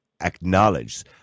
acknowledge